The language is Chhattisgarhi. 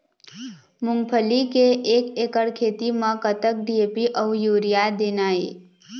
मूंगफली के एक एकड़ खेती म कतक डी.ए.पी अउ यूरिया देना ये?